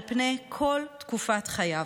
על פני כל תקופת חייו.